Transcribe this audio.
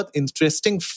interesting